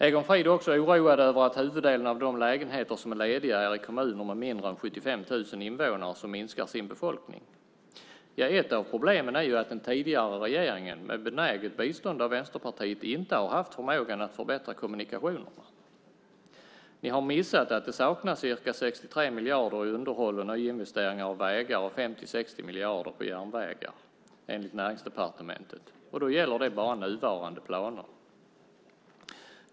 Egon Frid är också oroad över att huvuddelen av de lägenheter som är lediga finns i kommuner med färre än 75 000 invånare - och med minskande befolkning. Ett av problemen är att den tidigare regeringen, med benäget bistånd av Vänsterpartiet, inte har haft förmågan att förbättra kommunikationerna. Ni har missat att det saknas ca 63 miljarder för underhåll av och investeringar i vägar samt 50-60 miljarder för järnvägar enligt Näringsdepartementet. Då gäller det bara nuvarande planer.